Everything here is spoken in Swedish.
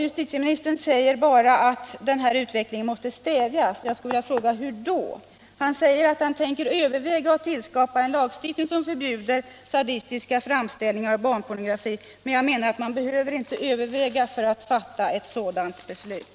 Justitieministern = prostitution säger bara att den här utvecklingen måste stävjas. Jag skulle vilja fråga: Hur då? Han säger att han skall överväga att skapa en lagstiftning som förbjuder sadistiska framställningar och barnpornografi. Jag menar att man inte behöver överväga för att fatta ett sådant beslut.